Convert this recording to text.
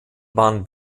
waren